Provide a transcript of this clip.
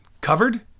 covered